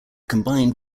combined